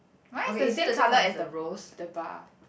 mine is the same colour as the the bar